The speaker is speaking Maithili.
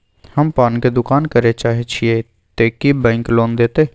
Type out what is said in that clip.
हम पान के दुकान करे चाहे छिये ते की बैंक लोन देतै?